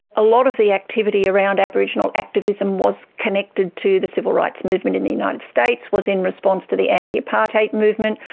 a lot of the activity around aboriginal activism was connected to the civil rights movement in the united states, was in response to the anti-apartheid movement.